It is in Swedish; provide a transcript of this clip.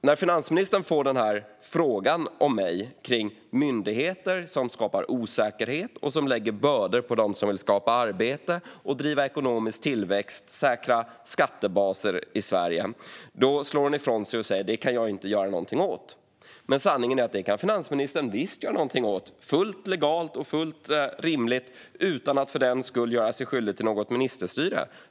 När finansministern får frågan av mig om myndigheter som skapar osäkerhet och lägger bördor på dem som vill skapa arbete, driva ekonomisk tillväxt och säkra skattebaser i Sverige slår hon ifrån sig och säger: Det kan jag inte göra någonting åt. Men sanningen är att finansministern visst kan göra någonting åt det, fullt legalt och fullt rimligt, utan att för den skull göra sig skyldig till ministerstyre.